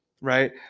right